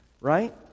Right